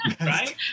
Right